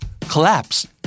Collapse